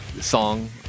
song